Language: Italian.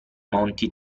monti